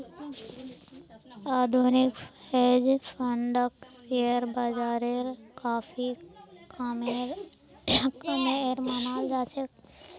आधुनिक हेज फंडक शेयर बाजारेर काफी कामेर मनाल जा छे